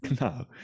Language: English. no